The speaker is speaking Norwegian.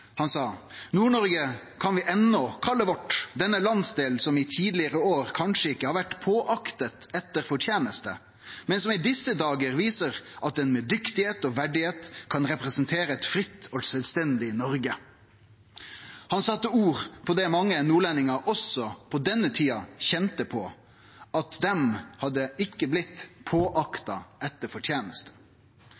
Han sa: «Men Nord-Norge kan vi ennå kalle vårt. Denne landsdel som i tidligere år kanskje ikke har vært påaktet etter fortjeneste, men som i disse dager viser at den med dyktighet og verdighet kan representere et fritt og selvstendig Norge.» Han sette ord på det mange nordlendingar også på denne tida kjente på: at dei hadde ikkje blitt